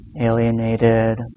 alienated